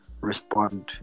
respond